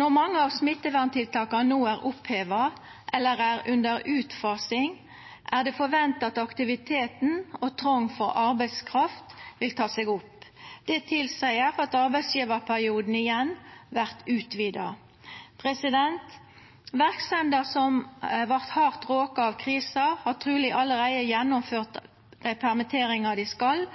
Når mange av smitteverntiltaka no er oppheva eller er under utfasing, er det forventa at aktiviteten og trong for arbeidskraft vil ta seg opp. Det tilseier at arbeidsgjevarperioden igjen vert utvida. Verksemder som vart hardt råka av krisa, har truleg allereie gjennomført dei permitteringane dei skal,